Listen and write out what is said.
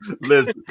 Listen